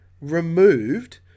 removed